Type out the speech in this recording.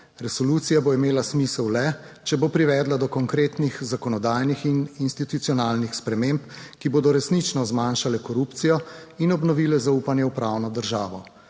(Nadaljevanje) če bo privedla do konkretnih zakonodajnih in institucionalnih sprememb, ki bodo resnično zmanjšale korupcijo in obnovile zaupanje v pravno državo.